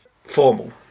Formal